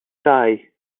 ddau